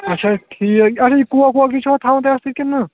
اچھا ٹھیٖک اَدٕ یہِ کوک ووک تہِ چھُوا تھاوان تُہۍ اَتھ سۭتۍ کِنہٕ